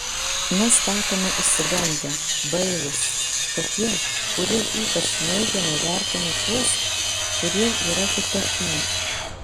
mes tapome išsigandę bailūs tokie kurie ypač neigiamai vertina tuos kurie yra kitokie